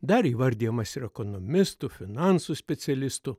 dar įvardijamas ir ekonomistu finansų specialistu